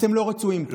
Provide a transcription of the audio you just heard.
אתם לא רצויים פה.